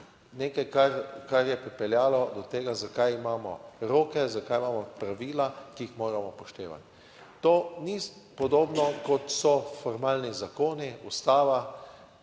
Nekaj, kar je pripeljalo do tega, zakaj imamo roke, zakaj imamo pravila, ki jih moramo upoštevati. To ni podobno, kot so formalni zakoni, Ustava,